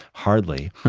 hardly.